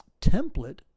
template